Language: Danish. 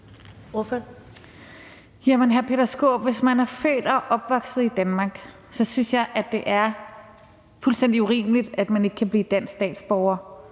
hr. Peter Skaarup, hvis man er født og opvokset i Danmark, synes jeg, at det er fuldstændig urimeligt, at man ikke kan blive dansk statsborger